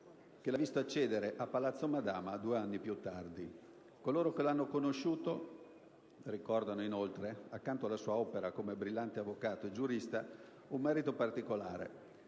che l'ha visto accedere a Palazzo Madama due anni più tardi. Coloro che l'hanno conosciuto ricordano inoltre, accanto alla sua opera come brillante avvocato e giurista, un merito particolare: